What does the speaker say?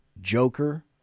Joker